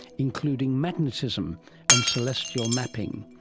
including magnetism and celestial mapping.